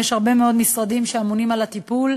יש הרבה מאוד משרדים שאמונים על הטיפול.